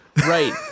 right